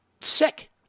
Sick